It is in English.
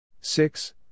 Six